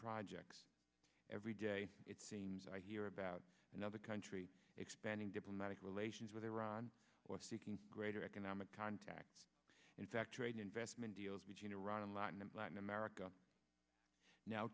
projects every day it seems i hear about another country expanding diplomatic relations with iran or seeking greater economic contacts in fact trade investment deals between iran and latin and latin america now